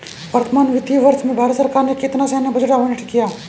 वर्तमान वित्तीय वर्ष में भारत सरकार ने कितना सैन्य बजट आवंटित किया?